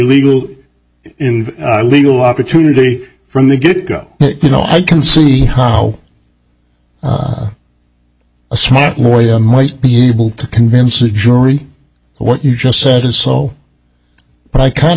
illegal in legal opportunity from the get go you know i can see how a smart lawyer might be able to convince a jury what you just said and so but i can't